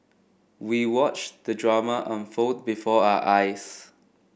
we watched the drama unfold before our eyes